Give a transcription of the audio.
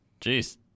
Jeez